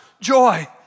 joy